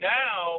now